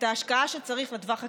את ההשקעה שצריך לטווח הקצר,